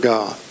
God